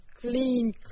clean